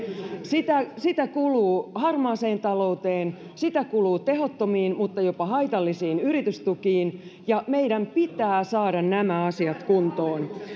sitä sitä kuluu harmaaseen talouteen sitä kuluu tehottomiin mutta jopa haitallisiin yritystukiin ja meidän pitää saada nämä asiat kuntoon